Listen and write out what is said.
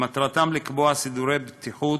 שמטרתן לקבוע סידורי בטיחות